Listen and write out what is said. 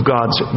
God's